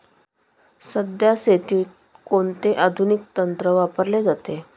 सध्या शेतीत कोणते आधुनिक तंत्र वापरले जाते?